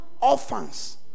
orphans